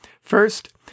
First